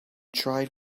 tried